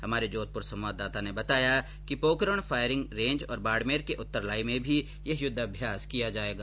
हमारे जोधपुर संवाददाता ने बताया कि पोकरण फायरिंग रेंज और बाड़मेर के उत्तरलाई में भी यह युद्धाभ्यास किया जाएगा